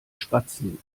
spatzen